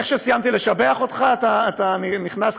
איך שסיימתי לשבח אותך אתה נכנס,